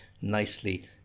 nicely